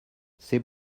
c’est